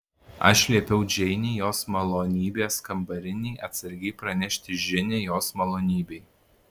aš liepiau džeinei jos malonybės kambarinei atsargiai pranešti žinią jos malonybei